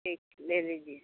ठीक ले लीजिए